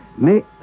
Mais